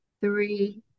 three